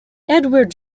edward